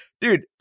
dude